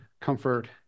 comfort